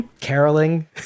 caroling